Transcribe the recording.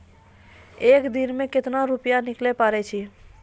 एक दिन मे केतना रुपैया निकाले पारै छी?